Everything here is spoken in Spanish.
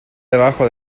debajo